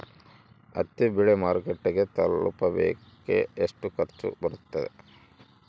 ಹತ್ತಿ ಬೆಳೆ ಮಾರುಕಟ್ಟೆಗೆ ತಲುಪಕೆ ಎಷ್ಟು ಖರ್ಚು ಬರುತ್ತೆ?